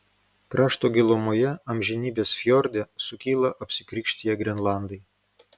krašto gilumoje amžinybės fjorde sukyla apsikrikštiję grenlandai